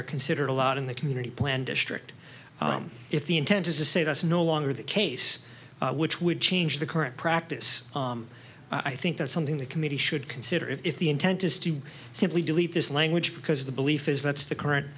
are considered a lot in the community plan district if the intent is to say that's no longer the case which would change the current practice i think that's something the committee should consider if the intent is to simply delete this language because the belief is that's the current